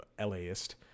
LAist